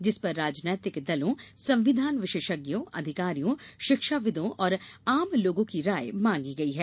जिस पर राजनीतिक दलों संविधान विशेषज्ञों अधिकारियों शिक्षाविदों और आम लोगों की राय मांगी गई है